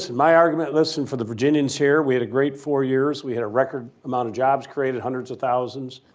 my argument listen for the virginians here. we had a great four years. we had a record, amount of jobs created are hundreds of thousands,